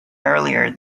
earlier